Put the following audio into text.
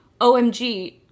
OMG